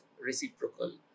reciprocal